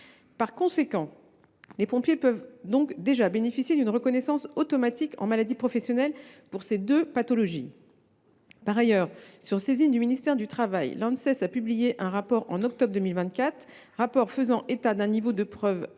Par conséquent, les pompiers peuvent déjà bénéficier d’une reconnaissance automatique de maladie professionnelle pour ces deux pathologies. Par ailleurs, sur saisine du ministère du travail, l’Anses a publié un rapport en octobre 2024 dans lequel elle fait état d’un niveau de corrélation